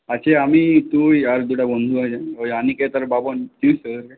আছি আমি তুই আর দুটা বন্ধু আছে ওই অনিকেত আর বাবন চিনিস তো ওদেরকে